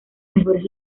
mejores